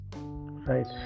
Right